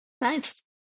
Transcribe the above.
Nice